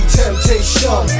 temptation